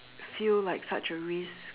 feel like such a risk